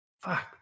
fuck